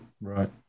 right